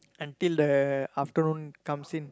until the afternoon comes in